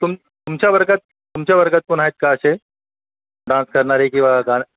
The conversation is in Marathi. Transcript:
तुम तुमच्या वर्गात तुमच्या वर्गात पण आहेत का असे डान्स करणारे किंवा गाणं